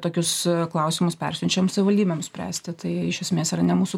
tokius klausimus persiunčiam savivaldybėm spręsti tai iš esmės yra ne mūsų